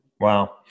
Wow